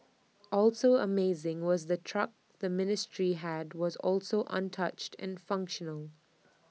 also amazing was the truck the ministry had was also untouched and functional